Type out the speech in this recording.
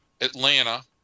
Atlanta